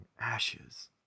Ashes